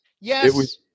Yes